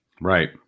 right